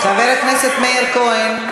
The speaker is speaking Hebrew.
חבר הכנסת מאיר כהן,